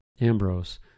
Ambrose